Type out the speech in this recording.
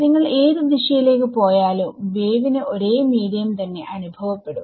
നിങ്ങൾ ഏത് ദിശയിലേക്ക് പോയാലും വേവ് ന് ഒരേ മീഡിയം തന്നെ അനുഭവപ്പെടും